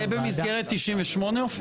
אופיר, זה במסגרת 98?